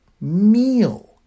meal